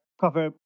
cover